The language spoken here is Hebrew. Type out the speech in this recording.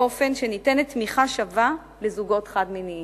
באופן שניתנת תמיכה שווה לזוגות חד-מיניים.